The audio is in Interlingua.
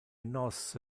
nos